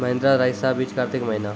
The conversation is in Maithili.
महिंद्रा रईसा बीज कार्तिक महीना?